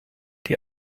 die